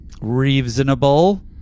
Reasonable